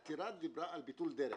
העתירה דיברה על ביטול דרך.